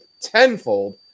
tenfold